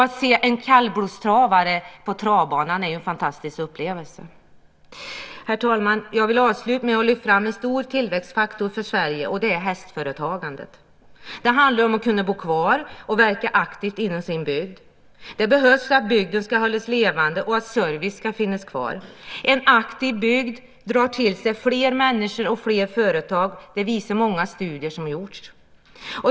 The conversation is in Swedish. Att se en kallblodstravare på travbanan är en fantastisk upplevelse. Herr talman! Jag vill avsluta med att lyfta fram en stor tillväxtfaktor för Sverige, och det är hästföretagandet. Det handlar om att kunna bo kvar och verka aktivt inom sin bygd. Det behövs för att bygden ska hållas levande och service ska finnas kvar. En aktiv bygd drar till sig fler människor och fler företag. Det visar många studier som gjorts.